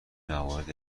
موارد